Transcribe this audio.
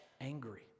Angry